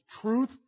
truth